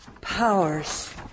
powers